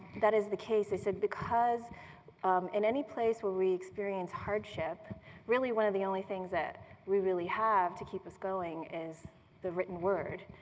that is the case? is it because in any place where we experience hardship really one of the only things that we have to keep us going is the written word?